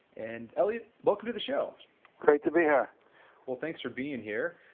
and elliot, welcome to the show great to be here well, thanks for being here.